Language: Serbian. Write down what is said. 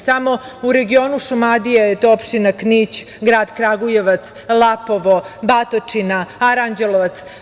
Samo u regionu Šumadije je to opština Knić, grad Kragujevac, Lapovo, Batočina, Aranđelovac.